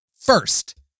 first